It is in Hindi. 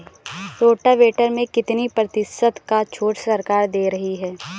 रोटावेटर में कितनी प्रतिशत का छूट सरकार दे रही है?